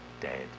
dead